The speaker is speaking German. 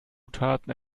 zutaten